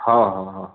हो हो हो